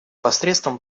посредством